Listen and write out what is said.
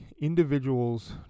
individual's